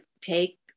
take